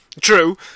true